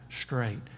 straight